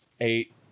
eight